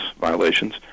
violations